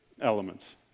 elements